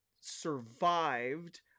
survived